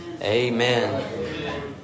Amen